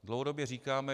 Dlouhodobě říkáme...